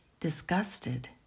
disgusted